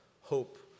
hope